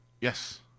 Yes